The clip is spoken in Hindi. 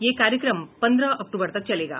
यह कार्यक्रम पन्द्रह अक्टूबर तक चलेगा